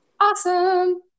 Awesome